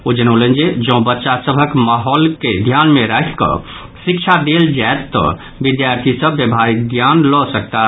ओ जनौलनि जे जौं बच्चा सभक महौल के ध्यान मे राखि कऽ शिक्षा देल जायत तऽ विद्यार्थी सभ व्यवहारिक ज्ञान लऽ सकताह